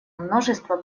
множество